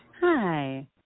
Hi